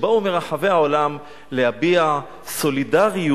שבאו מרחבי העולם להביע סולידריות